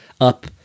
up